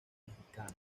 mexicano